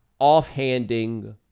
offhanding